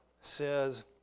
says